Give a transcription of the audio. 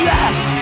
Yes